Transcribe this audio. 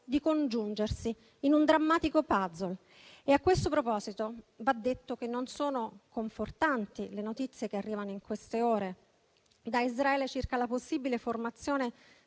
di congiungersi in un drammatico *puzzle*. A questo proposito va detto che non sono confortanti le notizie che arrivano in queste ore da Israele circa la possibile formazione